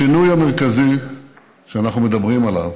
השינוי המרכזי שאנחנו מדברים עליו